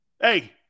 Hey